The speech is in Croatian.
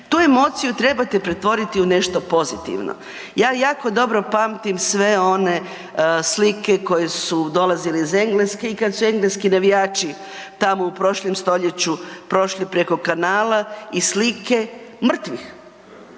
Tu emociju trebate pretvoriti u nešto pozitivno. Ja jako dobro pamtim sve one slike koje su dolazile iz Engleske i kad su engleski navijači tamo u prošlom stoljeću prošli preko kanala i slike mrtvih.